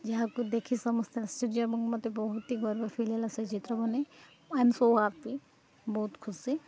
ଯାହାକୁ ଦେଖି ସମସ୍ତେ ଆଶ୍ଚର୍ଯ୍ୟ ଏବଂ ମୋତେ ବହୁତ ହି ଗର୍ବ ଫିଲ୍ ହେଲା ସେ ଚିତ୍ରମାନେ ଆଇ ଆମ୍ ସୋ ହାପି ବହୁତ ଖୁସି